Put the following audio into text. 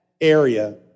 area